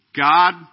God